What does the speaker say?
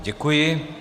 Děkuji.